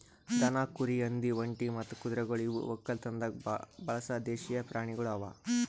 ದನ, ಕುರಿ, ಹಂದಿ, ಒಂಟಿ ಮತ್ತ ಕುದುರೆಗೊಳ್ ಇವು ಒಕ್ಕಲತನದಾಗ್ ಬಳಸ ದೇಶೀಯ ಪ್ರಾಣಿಗೊಳ್ ಅವಾ